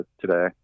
today